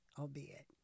albeit